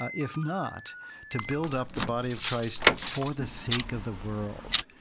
if not to build up the body of christ for the sake of the world?